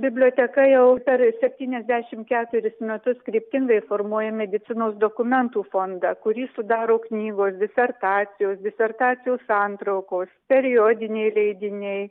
biblioteka jau per septyniasdešim keturis metus kryptingai formuoja medicinos dokumentų fondą kurį sudaro knygos disertacijos disertacijų santraukos periodiniai leidiniai